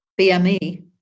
BME